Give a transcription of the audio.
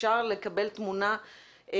אפשר לקבל תמונה נוספת.